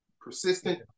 Persistent